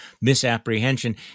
misapprehension